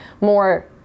more